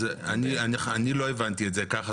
אז אני לא הבנתי את זה ככה.